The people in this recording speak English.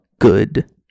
good